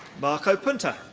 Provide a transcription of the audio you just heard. marco punta.